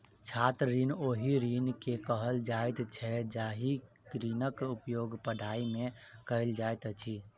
छात्र ऋण ओहि ऋण के कहल जाइत छै जाहि ऋणक उपयोग पढ़ाइ मे कयल जाइत अछि